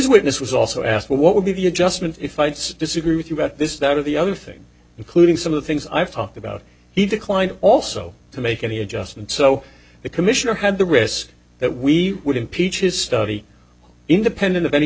witness was also asked what would be the adjustment if i didn't disagree with you about this that or the other thing including some of the things i've talked about he declined also to make any adjustments so the commissioner had the risk that we would impeach his study independent of any